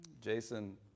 Jason